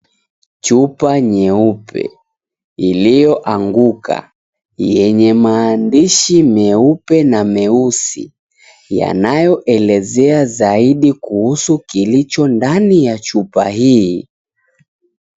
Chupa nyeupe iliyoanguka, yenye maandishi meupe na meusi yanayoelezea zaidi kuhusu kilicho ndani ya chupa hii.